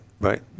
right